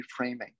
reframing